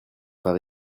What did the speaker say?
par